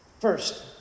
First